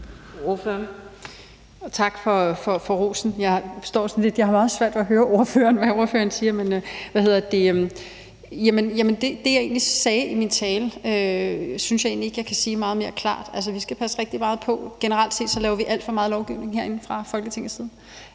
Tak for rosen. Jeg har meget svært ved at høre ordføreren, og hvad ordføreren siger. Det, jeg egentlig sagde i min tale, synes jeg egentlig ikke jeg kan sige meget mere klart. Vi skal passe rigtig meget på. Generelt set laver vi alt for meget lovgivning herinde fra Folketingets side.